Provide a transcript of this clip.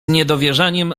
niedowierzaniem